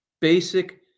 basic